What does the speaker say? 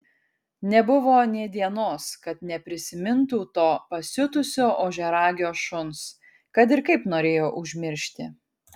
nebuvo nė dienos kad neprisimintų to pasiutusio ožiaragio šuns kad ir kaip norėjo užmiršti